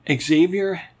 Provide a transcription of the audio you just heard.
Xavier